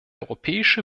europäische